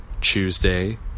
Tuesday